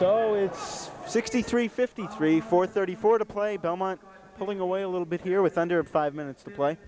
so it's sixty three fifty three four thirty four to play belmont pulling away a little bit here with under five minutes to play